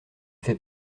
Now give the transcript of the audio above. fait